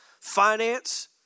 finance